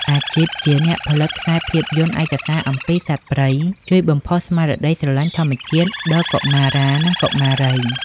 អាជីពជាអ្នកផលិតខ្សែភាពយន្តឯកសារអំពីសត្វព្រៃ ជួយបំផុសស្មារតីស្រឡាញ់ធម្មជាតិដល់កុមារា និងកុមារី។